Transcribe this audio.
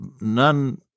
none